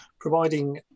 providing